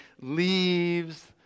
leaves